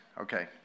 Okay